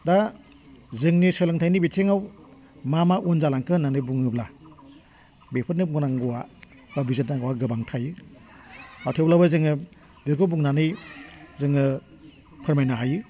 दा जोंनि सोलोंथाइनि बिथिङाव मा मा उन जालांखो होननानै बुङोब्ला बेफोरनो बुंनांगौआ बा बिजिरनांगौआ गोबां थायो थेवब्लाबो जोङो बिखौ बुंनानै जोङो फोरमायनो हायो